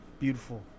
Beautiful